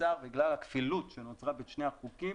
בגלל הכפילות שנוצרה בין שני החוקים